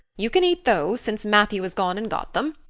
you can eat those, since matthew has gone and got them.